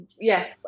Yes